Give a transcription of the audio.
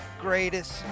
greatest